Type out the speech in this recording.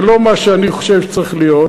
זה לא מה שאני חושב שצריך להיות.